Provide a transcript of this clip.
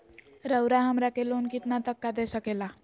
रउरा हमरा के लोन कितना तक का दे सकेला?